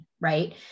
right